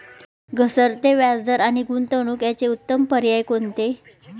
घसरते व्याजदर आणि गुंतवणूक याचे उत्तम पर्याय कोणते?